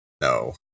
No